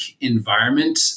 environment